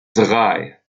drei